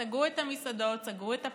סגרו את המסעדות, סגרו את הפאבים,